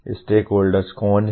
stakeholders कौन हैं